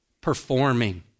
performing